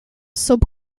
sub